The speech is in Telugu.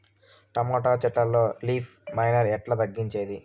టమోటా చెట్లల్లో లీఫ్ మైనర్ ఎట్లా తగ్గించేది?